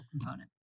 component